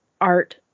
art